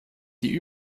die